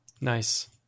Nice